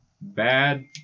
bad